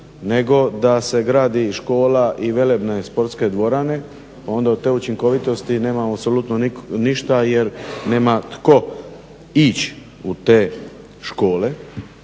nego da se gradi škola i velebne sportske dvorane, onda od te učinkovitosti nema apsolutno ništa jer nema tko ić u te škole,